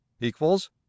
equals